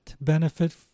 benefit